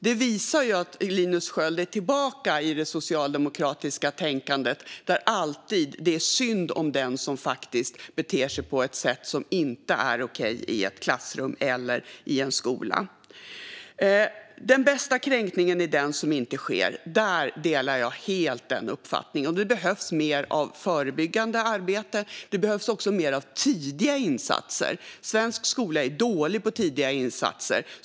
Det visar att Linus Sköld är tillbaka i det socialdemokratiska tänkandet att det alltid är synd om den som beter sig på ett sätt som inte är okej i ett klassrum eller i en skola. Den bästa kränkningen är den som inte sker - den uppfattningen delar jag helt. Det behövs mer av förebyggande arbete, och det behövs också mer av tidiga insatser. Svensk skola är dålig på tidiga insatser.